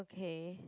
okay